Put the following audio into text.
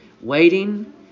Waiting